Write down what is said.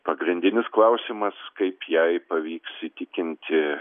pagrindinis klausimas kaip jai pavyks įtikinti